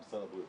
ברור.